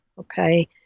okay